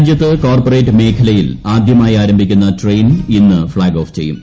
രാജ്യത്ത് കോർപ്പറേറ്റ് ക്മേഖലയിൽ ആദ്യമായി ആരംഭിക്കുന്ന ന് ട്രെയിൻ ഇന്ന് ഫ്ളാഗ് ഓഫ് ചെയ്യും